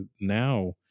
now